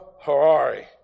Harari